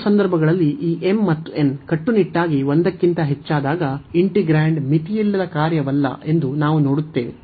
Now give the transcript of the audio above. ಎರಡೂ ಸಂದರ್ಭಗಳಲ್ಲಿ ಈ m ಮತ್ತು n ಕಟ್ಟುನಿಟ್ಟಾಗಿ 1 ಕ್ಕಿಂತ ಹೆಚ್ಚಾದಾಗ ಇಂಟಿಗ್ರಾಂಡ್ ಮಿತಿಯಿಲ್ಲದ ಕಾರ್ಯವಲ್ಲ ಎಂದು ನಾವು ನೋಡುತ್ತೇವೆ